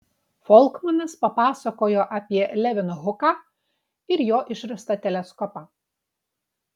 folkmanas papasakojo apie levenhuką ir jo išrastą teleskopą